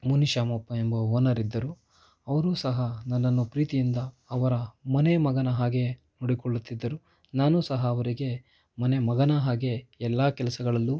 ಮುನಿ ಶಾಮಪ್ಪ ಎಂಬ ಓನರ್ ಇದ್ದರು ಅವರು ಸಹ ನನ್ನನ್ನು ಪ್ರೀತಿಯಿಂದ ಅವರ ಮನೆಯ ಮಗನ ಹಾಗೆ ನೋಡಿಕೊಳ್ಳುತ್ತಿದ್ದರು ನಾನು ಸಹ ಅವರಿಗೆ ಮನೆ ಮಗನ ಹಾಗೆ ಎಲ್ಲ ಕೆಲಸಗಳಲ್ಲೂ